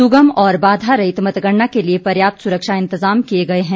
सुगम और बाधा रहित मतगणना के लिए पर्याप्त सुरक्षा इंतजाम किए गए हैं